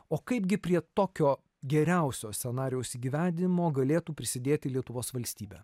o kaipgi prie tokio geriausio scenarijaus įgyvendinimo galėtų prisidėti lietuvos valstybė